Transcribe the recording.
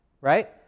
right